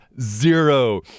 Zero